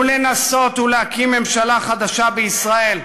הוא לנסות ולהקים ממשלה חדשה בישראל,